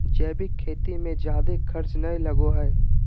जैविक खेती मे जादे खर्च नय लगो हय